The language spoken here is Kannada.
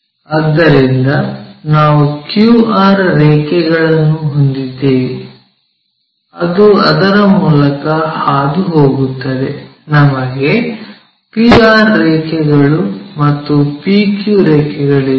ಆದ್ದರಿಂದ ನಾವು QR ರೇಖೆಗಳನ್ನು ಹೊಂದಿದ್ದೇವೆ ಅದು ಅದರ ಮೂಲಕ ಹಾದು ಹೋಗುತ್ತದೆ ನಮಗೆ PR ರೇಖೆಗಳು ಮತ್ತು PQ ರೇಖೆಗಳಿವೆ